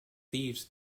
thieves